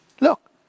Look